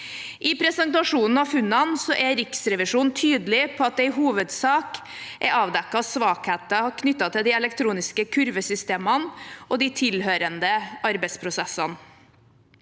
I presentasjonen av funnene er Riksrevisjonen tydelig på at det i hovedsak er avdekket svakheter knyttet til de elektroniske kurvesystemene og de tilhørende arbeidsprosessene.